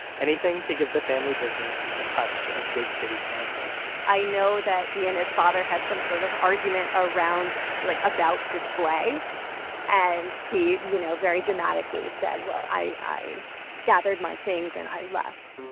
anything to give the family business a touch of big city glamor i know that he and his father had some sort of argument like about display and he you know very dramatically said, well, i i gathered my things and i left.